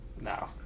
No